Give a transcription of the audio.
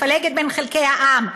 מפלגת בין חלקי העם,